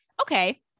okay